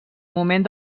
moment